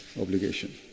obligation